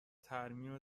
ترمیم